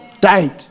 Died